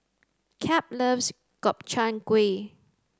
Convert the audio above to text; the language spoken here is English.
Cap loves Gobchang Gui